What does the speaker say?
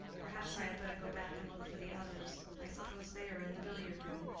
perhaps i had better go back and look for the others. i suppose they are in the billiard-room.